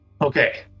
Okay